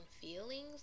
feelings